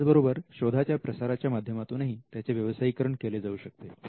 त्याचबरोबर शोधाच्या प्रसाराच्या माध्यमातूनही त्याचे व्यवसायीकरण केले जावू शकते